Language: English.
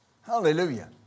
Hallelujah